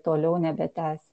toliau nebetęs